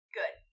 good